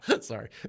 Sorry